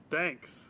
Thanks